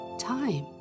time